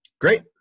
Great